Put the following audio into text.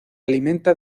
alimenta